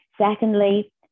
Secondly